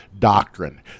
doctrine